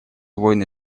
войны